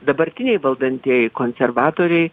dabartiniai valdantieji konservatoriai